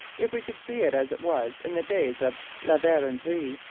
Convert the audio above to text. if we could see it as it was in the days of la verendrye,